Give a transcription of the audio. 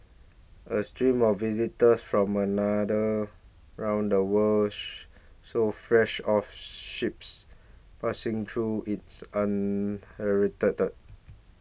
a stream of visitors from another round the world sold fresh off ships passing through its